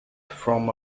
from